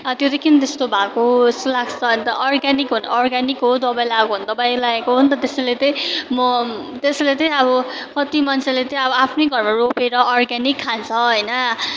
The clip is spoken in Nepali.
अँ त्यो चाहिँ किन त्यस्तो भएको जस्तो लाग्छ अन्त अर्ग्यानिक हो नि अर्ग्यानिक हो दबाई लगाएको हो नि त दबाई लगाएको हो नि त त्यसले चाहिँ म त्यसले चाहिँ अब कति मान्छेले चाहिँ अब आफ्नै घरमा रोपर अर्ग्यानिक खान्छ होइन